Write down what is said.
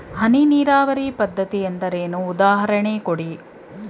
ಹನಿ ನೀರಾವರಿ ಪದ್ಧತಿ ಎಂದರೇನು, ಉದಾಹರಣೆ ಕೊಡಿ?